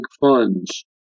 funds